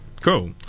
Cool